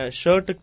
shirt